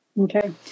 Okay